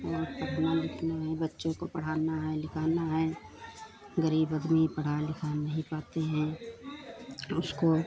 पढ़ना लिखना है बच्चों को पढ़ाना है लिखाना है गरीब अब भी पढ़ा लिखा नहीं पाते हैं उसको